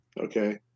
okay